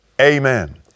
Amen